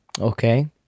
Okay